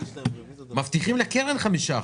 מבטיחים לקרן 5%,